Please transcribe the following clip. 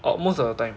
orh most of the time